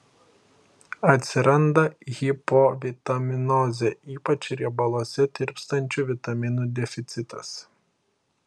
atsiranda hipovitaminozė ypač riebaluose tirpstančių vitaminų deficitas